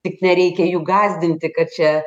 tik nereikia jų gąsdinti kad čia